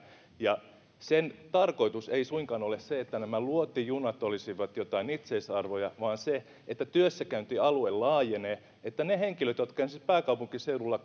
sen tarkoitus ei suinkaan ole se että nämä luotijunat olisivat jotain itseisarvoja vaan se että työssäkäyntialue laajenee niin että niillä henkilöillä jotka esimerkiksi pääkaupunkiseudulla